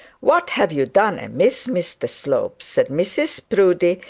what have you done amiss, mr slope said mrs proudie,